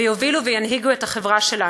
ויובילו וינהיגו את החברה שלנו,